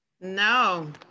No